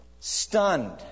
Stunned